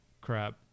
crap